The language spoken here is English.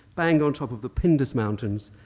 bang on top of the pindus mountains,